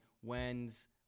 When's